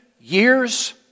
years